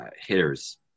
hitters